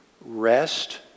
Rest